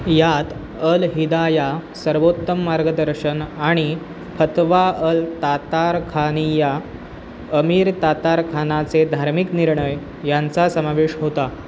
यात अल हिदाया सर्वोत्तम मार्गदर्शन आणि फतवा अल तातारखानिय्या अमीर तातारखानाचे धार्मिक निर्णय यांचा समावेश होता